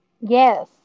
yes